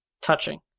touching